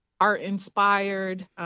art-inspired